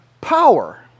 power